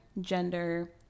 gender